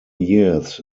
years